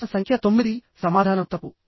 ప్రశ్న సంఖ్య తొమ్మిది సమాధానం తప్పు